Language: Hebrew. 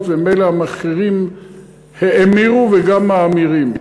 כשרצו לבנות לא היו תוכניות וממילא המחירים האמירו וגם מאמירים.